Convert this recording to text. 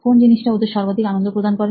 কোন জিনিসটা ওদের সর্বাধিক আনন্দ প্রদান করে